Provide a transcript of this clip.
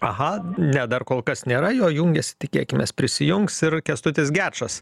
aha ne dar kol kas nėra jo jungiasi tikėkimės prisijungs ir kęstutis gečas